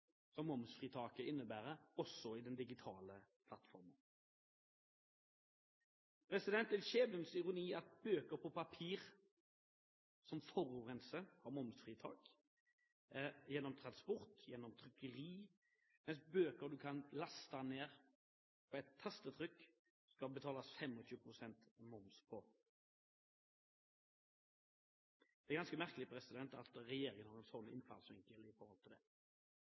momsfritaket innebærer også i den digitale plattformen. Det er en skjebnens ironi at bøker på papir, som forurenser gjennom transport og trykkeri, har momsfritak, mens bøker som en kan laste ned ved et tastetrykk, skal det betales 25 pst. moms på. Det er ganske merkelig at regjeringen har en slik innfallsvinkel her. For å styrke det